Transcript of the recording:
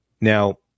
Now